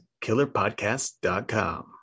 KillerPodcast.com